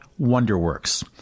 WonderWorks